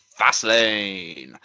Fastlane